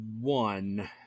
one